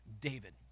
David